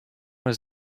was